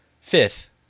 Fifth